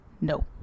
no